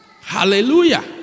Hallelujah